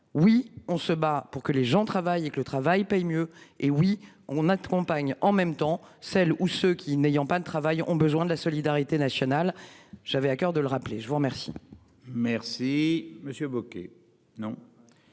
Oui, on se bat pour que les gens travaillent et que le travail paye mieux. Hé oui on a trompé en même temps celles ou ceux qui n'ayant pas de travail, ont besoin de la solidarité nationale. J'avais à coeur de le rappeler, je vous remercie. Merci. Monsieur Bocquet.